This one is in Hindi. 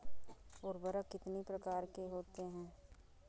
उर्वरक कितनी प्रकार के होते हैं?